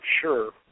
sure